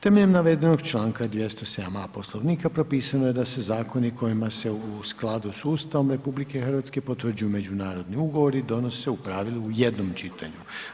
Temeljem navedenog Članka 207a. Poslovnika propisano je da se zakoni kojima se u skladu s Ustavom RH potvrđuju međunarodni ugovori donose u pravilu u jednom čitanju.